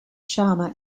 sharma